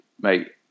mate